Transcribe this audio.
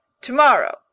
Tomorrow